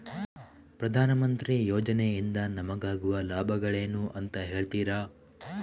ಪ್ರಧಾನಮಂತ್ರಿ ಯೋಜನೆ ಇಂದ ನಮಗಾಗುವ ಲಾಭಗಳೇನು ಅಂತ ಹೇಳ್ತೀರಾ?